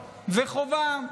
חובה,